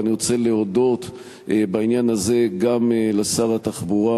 ואני רוצה להודות בעניין הזה גם לשר התחבורה,